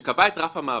מזל שבאת.